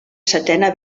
setena